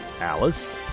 Alice